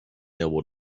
able